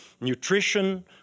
nutrition